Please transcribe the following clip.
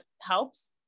helps